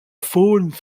faune